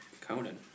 Conan